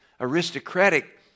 aristocratic